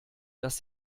dass